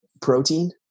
protein